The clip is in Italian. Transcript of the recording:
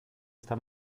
sta